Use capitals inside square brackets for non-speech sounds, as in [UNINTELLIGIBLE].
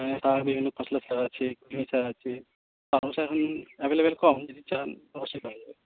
হ্যাঁ [UNINTELLIGIBLE] পুঁইশাক আছে পালংশাক এমনি অ্যাভেলেবল কম যদি চান তো অবশ্যই পাওয়া যাবে